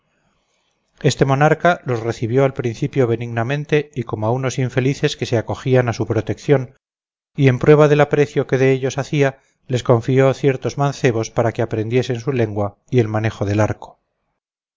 este monarca los recibió al principio benignamente y como a unos infelices que se acogían a su protección y en prueba del aprecio que de ellos hacía les confió ciertos mancebos para que aprendiesen su lengua y el manejo del arco